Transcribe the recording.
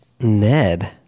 Ned